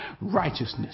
righteousness